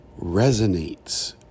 resonates